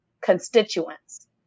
constituents